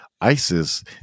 Isis